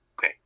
Okay